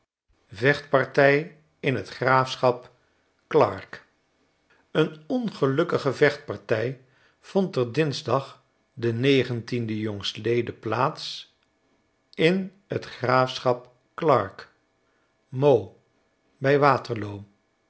veohtpahtij in t graafschap clattke een ongelukkige vechtpartij vond er dinsdag de negentiende jong leven plaats in t graafschap clarke mo by waterloo